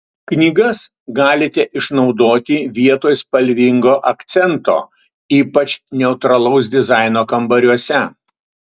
knygas galite išnaudoti vietoj spalvingo akcento ypač neutralaus dizaino kambariuose